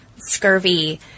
scurvy